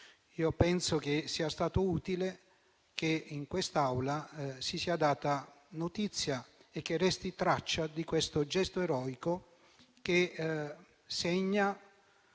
penso sia stato utile che in quest'Aula si sia data notizia e che resti traccia di un gesto eroico che segna